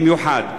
במיוחד.